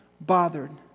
bothered